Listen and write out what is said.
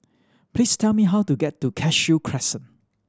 please tell me how to get to Cashew Crescent